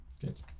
Good